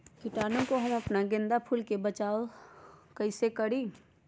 कीटाणु से हम अपना गेंदा फूल के बचाओ कई से करी?